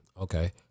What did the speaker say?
Okay